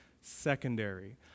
secondary